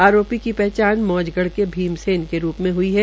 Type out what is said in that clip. आरोपी की पहचान मौजगढ़ के भीम सैन के रूप में हुई है